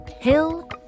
hill